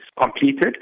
completed